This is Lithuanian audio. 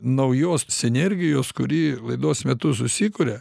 naujos sinergijos kuri laidos metu susikuria